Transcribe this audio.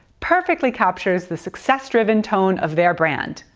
perfectly captures the success-driven tone of their brand.